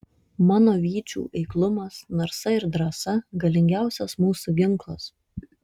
mano vyčių eiklumas narsa ir drąsa galingiausias mūsų ginklas